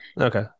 okay